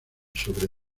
sobre